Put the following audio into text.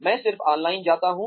मैं सिर्फ ऑनलाइन जाता हूँ